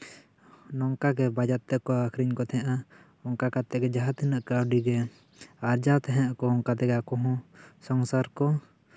ᱱᱚᱝᱠᱟᱜᱮ ᱵᱟᱡᱟᱨ ᱛᱮᱠᱚ ᱟᱠᱷᱨᱤᱧ ᱠᱚ ᱛᱟᱦᱮᱸᱜᱼᱟ ᱚᱱᱠᱟ ᱠᱟᱛᱮᱜ ᱜᱮ ᱡᱟᱦᱟᱸ ᱛᱤᱱᱟᱹᱜ ᱠᱟᱹᱣᱰᱤ ᱜᱮ ᱟᱨᱡᱟᱣ ᱛᱟᱦᱮᱸᱜ ᱠᱚ ᱚᱱᱠᱟ ᱛᱮᱜᱮ ᱟᱠᱚ ᱦᱚᱸ ᱥᱚᱝᱥᱟᱨ ᱠᱚ